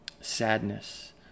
Sadness